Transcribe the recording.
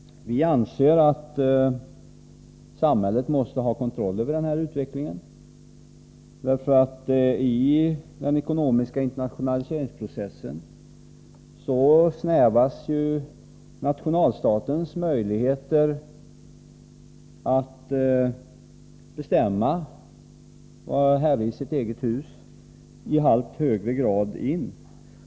Vi anser att samhället måste ha kontroll över den här utvecklingen, eftersom nationalstatens möjligheter att bestämma, att vara herre i sitt eget hus, i allt högre grad snävas in i den ekonomiska internationaliseringsprocessen.